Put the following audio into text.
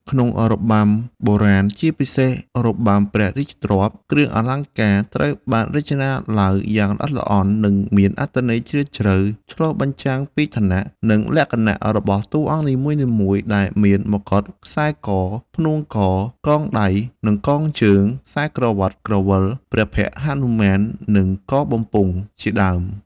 នៅក្នុងរបាំបុរាណ ជាពិសេសរបាំព្រះរាជទ្រព្យ គ្រឿងអលង្ការត្រូវបានរចនាឡើងយ៉ាងល្អិតល្អន់ និងមានអត្ថន័យជ្រាលជ្រៅ ឆ្លុះបញ្ចាំងពីឋានៈ និងលក្ខណៈរបស់តួអង្គនីមួយៗ ដែលមាន មកុដ ខ្សែក/ផួងក កងដៃ និងកងជើង ខ្សែក្រវាត់ ក្រវិល ព្រះភ័ក្ត្រហនុមាន និងកងបំពង់ជាដើម។